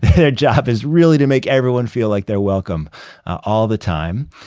their job is really to make everyone feel like they're welcome all the time.